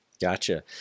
Gotcha